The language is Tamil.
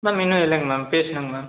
மேம் இன்னும் இல்லைங்க மேம் பேசணும்ங்க மேம்